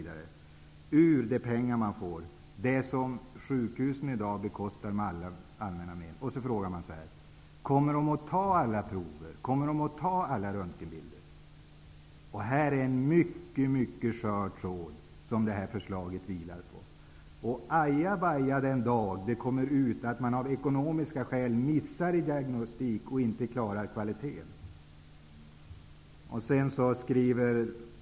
Detta bekostas i dag av sjukhusen med allmänna medel. Då frågar man sig om de kommer att ta alla prover. Kommer de att ta alla röntgenbilder? Det är en mycket skör tråd som det här förslaget vilar på. Ajabaja, den dag som det kommer ut att man av ekonomiska skäl gör missar när det gäller diagnostik och inte klarar av att hålla kvaliteten.